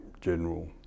general